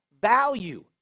value